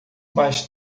mais